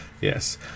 Yes